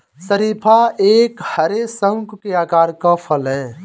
शरीफा एक हरे, शंकु के आकार का फल है